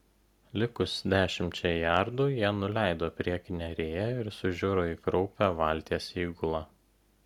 likus dešimčiai jardų jie nuleido priekinę rėją ir sužiuro į kraupią valties įgulą